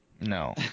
No